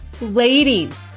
ladies